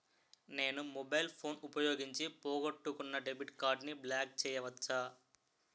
నేను mobile phone ఉపయోగించి పోగొట్టుకున్న డెబిట్ కార్డ్ని బ్లాక్ చేయవచ్చా?